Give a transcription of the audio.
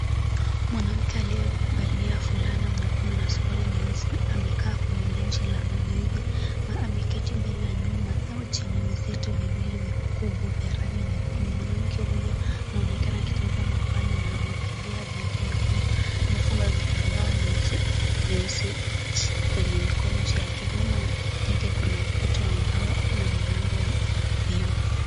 Mwanamke aliyevalia fulana nyekundu na suruali nyeusi amekaa kwenye benchi la mazoezi na ameketi mbele ya nyumba ama chenye msitu viwili vikubwa vya rangi nyekundu. Mwanamke huyo anaonekana akitazama upande na amevalia viatu nyekundu amefunga vitambaa nyeusi kwenye mikono yake, nyuma yake kuna ukuta wa mbao na milango ya vioo.